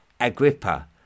Agrippa